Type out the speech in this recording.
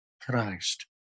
Christ